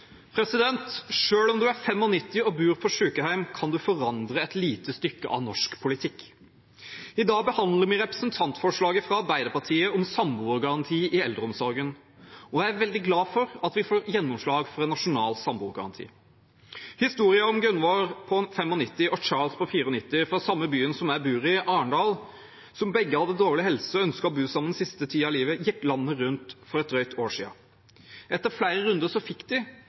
og bor på sykehjem, kan en forandre et lite stykke av norsk politikk. I dag behandler vi representantforslaget fra Arbeiderpartiet om samboergaranti i eldreomsorgen, og jeg er veldig glad for at vi får gjennomslag for en nasjonal samboergaranti. Historien om Gunvor på 95 år og Charles på 94 år, fra samme byen som jeg bor i, Arendal, som begge hadde dårlig helse og ønsket å bo sammen den siste tiden av livet, gikk landet rundt for et drøyt år siden. Etter flere runder fikk de